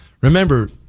Remember